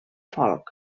folk